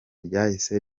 ryahise